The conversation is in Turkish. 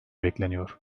bekleniyor